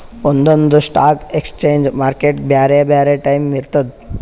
ಒಂದೊಂದ್ stock exchange ಮಾರ್ಕೆಟ್ಗ್ ಬ್ಯಾರೆ ಬ್ಯಾರೆ ಟೈಮ್ ಇರ್ತದ್